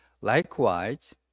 likewise